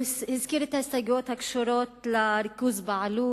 הוא הזכיר את ההסתייגויות הקשורות לריכוז בעלות.